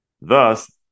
thus